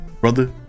brother